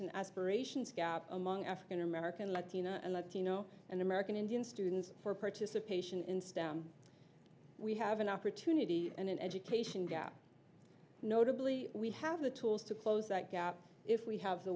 an aspirations gap among african american latino and latino and american indian students for participation in stem we have an opportunity and an education gap notably we have the tools to close that gap if we have the